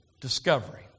discovery